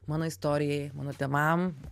mano istorijai mano tėvam